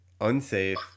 unsafe